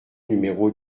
numéro